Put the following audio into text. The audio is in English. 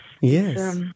Yes